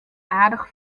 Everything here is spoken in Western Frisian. aardich